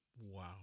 Wow